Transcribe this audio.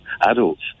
adults